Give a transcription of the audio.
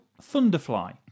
Thunderfly